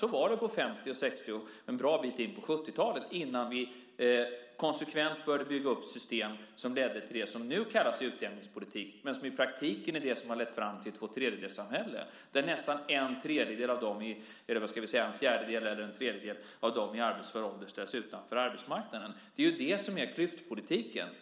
Så var det på 50 och 60-talet och en bra bit in på 70-talet, innan vi konsekvent började bygga upp system som ledde till det som nu kallas utjämningspolitik men som i praktiken är det som har lett fram till ett tvåtredjedelssamhälle där nästan en tredjedel eller en fjärdedel av dem som är i arbetsför ålder ställs utanför arbetsmarknaden. Det är det som är klyftpolitiken.